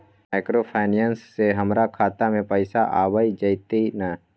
Microfinance से हमारा खाता में पैसा आबय जेतै न?